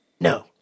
No